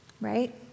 right